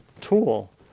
tool